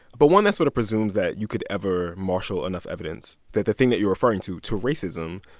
but one that sort of presumes that you could ever marshal enough evidence that the thing that you're referring to, to racism,